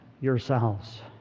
yourselves